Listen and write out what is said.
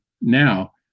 now